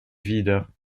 wider